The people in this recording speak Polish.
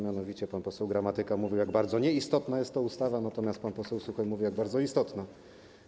Mianowicie pan poseł Gramatyka mówił, jak bardzo nieistotna jest ta ustawa, natomiast pan poseł Suchoń mówił, jak bardzo jest ona istotna.